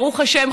ברוך השם,